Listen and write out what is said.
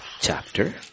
Chapter